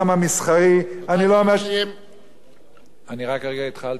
אני לא אומר, נא לסיים.